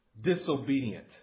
disobedient